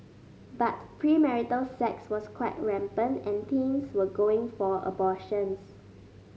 but premarital sex was quite rampant and teens were going for abortions